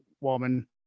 woman